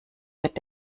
wird